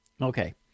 Okay